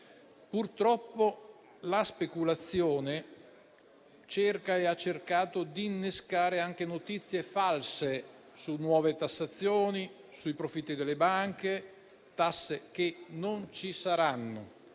Purtroppo, la speculazione cerca e ha cercato di innescare anche notizie false su nuove tassazioni sui profitti delle banche, tasse che non ci saranno.